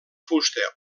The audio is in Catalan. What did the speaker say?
fusta